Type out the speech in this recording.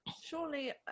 surely